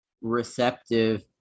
receptive